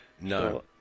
No